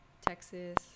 Texas